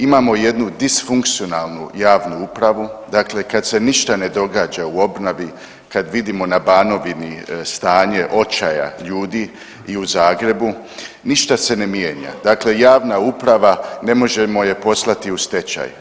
Imamo jedno disfunkcionalnu javnu upravu, dakle kad se ništa ne događa u obnovi, kad vidimo na Banovini stanje očaja ljudi i u Zagrebu ništa se ne mijenja, dakle javna uprava ne možemo je poslati u stečaj.